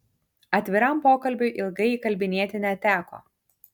atviram pokalbiui ilgai įkalbinėti neteko